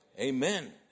Amen